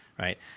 right